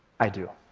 i do.